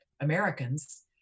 Americans